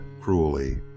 cruelly